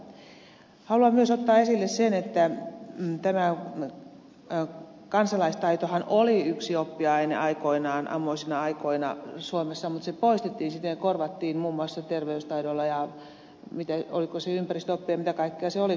haluan myös ottaa esille sen että kansalaistaitohan oli yksi oppiaine ammoisina aikoina suomessa mutta se poistettiin sitten ja korvattiin muun muassa terveystaidolla ja oliko se ympäristöoppia ja mitä kaikkea se olikaan